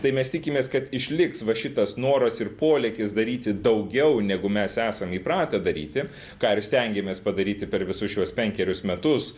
tai mes tikimės kad išliks va šitas noras ir polėkis daryti daugiau negu mes esam įpratę daryti ką ir stengėmės padaryti per visus šiuos penkerius metus